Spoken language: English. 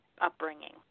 upbringing